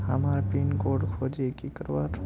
हमार pin code खोजोही की करवार?